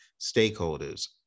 stakeholders